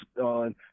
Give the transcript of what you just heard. on